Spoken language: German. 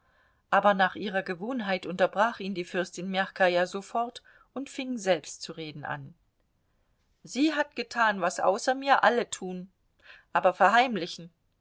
aber nach ihrer gewohnheit unterbrach ihn die fürstin mjachkaja sofort und fing selbst zu reden an sie hat getan was außer mir alle tun aber verheimlichen